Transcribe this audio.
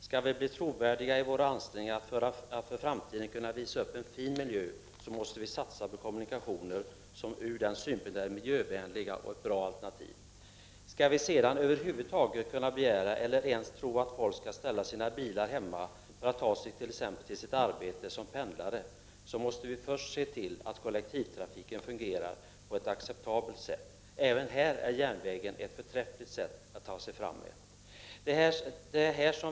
Skall vi bli trovärdiga i våra ansträngningar att för framtiden kunna visa upp en fin miljö, så måste vi satsa på kommunikationer som ur den synpunkten är miljövänliga och utgör ett bra alternativ. Skall vi över huvud taget kunna begära, eller ens tro, att folk skall ställa sina bilar hemma för att t.ex. ta sig till sitt arbete som pendlare, måste vi först se till att kollektivtrafiken fungerar på ett acceptabelt sätt. Även här är järnvägen ett förträffligt transportmedel.